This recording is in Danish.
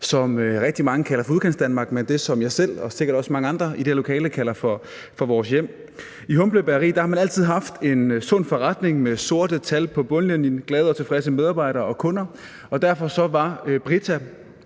som rigtig mange kalder for Udkantsdanmark, men som jeg selv og sikkert også mange andre i det her lokale kalder for vores hjem. I Humble Bageri har man altid haft en sund forretning med sorte tal på bundlinjen og glade og tilfredse medarbejdere og kunder, og derfor var Britta